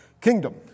kingdom